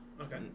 Okay